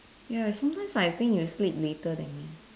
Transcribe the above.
ya it sometimes I think you sleep later than me